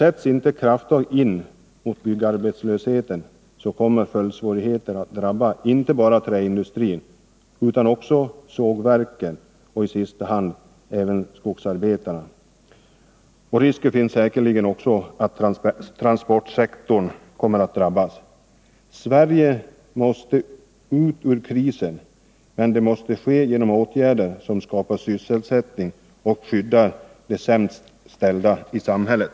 Sätts inte krafttag in mot byggarbetslösheten, kommer följdsvårigheter att drabba inte bara träindustrin utan också sågverken och i sista hand även skogsarbetarna och säkerligen också transportsektorn. Sverige måste ur krisen, men det måste ske genom åtgärder som skapar sysselsättning och skyddar de sämst ställda i samhället.